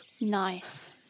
Nice